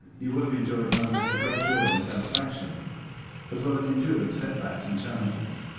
you will have enjoyed moments of great joy and satisfaction as well as endured setbacks and challenges.